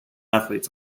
athletes